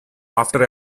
after